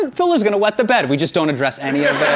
fuller's gonna wet the bed we just don't address any of